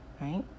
right